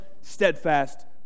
steadfast